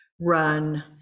run